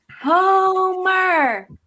Homer